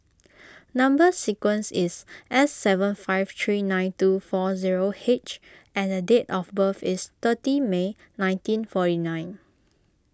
Number Sequence is S seven five three nine two four zero H and the date of birth is thirty May nineteen forty nine